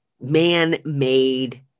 man-made